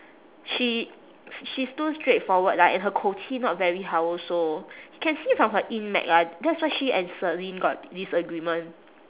she she's too straightforward like her 口气 not very 好 also can see from her lah that's why she and selene got disagreement